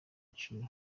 zacu